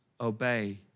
obey